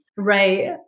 Right